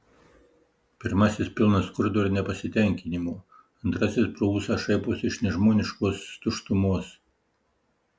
pirmasis pilnas skurdo ir nepasitenkinimo antrasis pro ūsą šaiposi iš nežmoniškos tuštumos